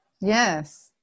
yes